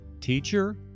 Teacher